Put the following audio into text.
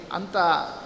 Anta